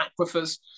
aquifers